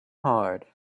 hard